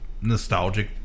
nostalgic